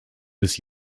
bis